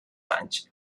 anys